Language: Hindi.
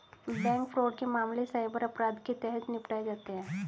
बैंक फ्रॉड के मामले साइबर अपराध के तहत निपटाए जाते हैं